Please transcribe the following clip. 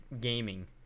gaming